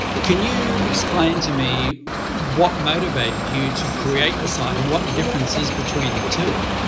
can you explain to me what motivated you to create the site and what the difference is between the two?